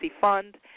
Fund